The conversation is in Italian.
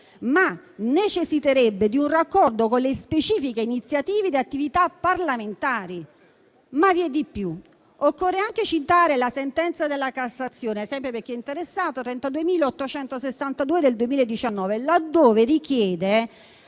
ma necessiterebbe di un raccordo con le specifiche iniziative di attività parlamentari. Ma vi è di più: occorre anche citare la sentenza della Cassazione (sempre per chi è interessato, la n. 32862 del 2019), laddove richiede,